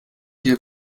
hier